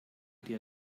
dir